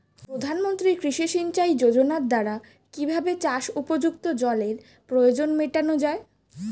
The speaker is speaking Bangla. প্রধানমন্ত্রী কৃষি সিঞ্চাই যোজনার দ্বারা কিভাবে চাষ উপযুক্ত জলের প্রয়োজন মেটানো য়ায়?